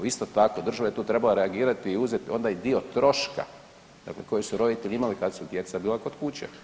Isto tako država je tu trebala reagirati i uzeti onda i dio troška dakle koji su roditelji imali kada su djeca bila kod kuće.